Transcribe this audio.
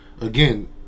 again